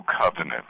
covenant